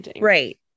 Right